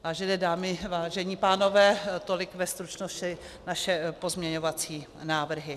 Vážené dámy, vážení pánové, tolik ve stručnosti naše pozměňovací návrhy.